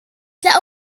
that